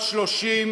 הנה השר.